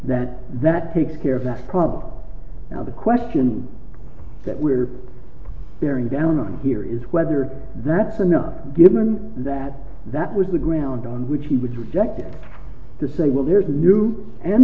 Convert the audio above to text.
that that takes care of that problem now the question that we're bearing down on here is whether that's enough given that that was the ground on which he would reject it to say well here's a new and